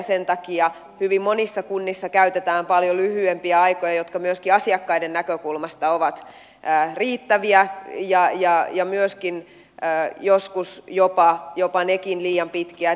sen takia hyvin monissa kunnissa käytetään paljon lyhyempiä aikoja jotka myöskin asiakkaiden näkökulmasta ovat riittäviä ja myöskin joskus jopa nekin liian pitkiä